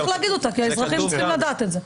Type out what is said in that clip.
צריך להגיד אותה כי האזרחים צריכים לדעת את זה.